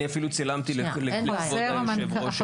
אני אפילו צילמתי לכבוד יושבת הראש.